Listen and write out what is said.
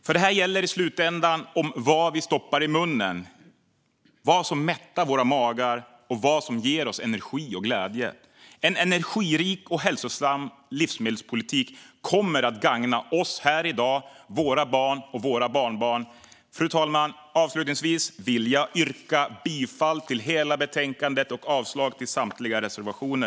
Detta handlar nämligen i slutändan om vad vi stoppar i munnen, vad som mättar våra magar och vad som ger oss energi och glädje. En energirik och hälsosam livsmedelspolitik kommer att gagna oss här i dag, våra barn och våra barnbarn. Fru talman! Avslutningsvis vill jag yrka bifall till förslaget som helhet och avslag på samtliga reservationer.